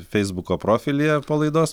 feisbuko profilyje po laidos